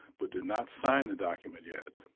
but do not sign the document yet.